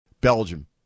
Belgium